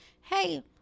hey